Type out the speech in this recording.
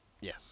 Yes